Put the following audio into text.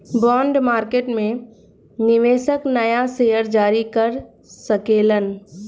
bond market में निवेशक नाया शेयर जारी कर सकेलन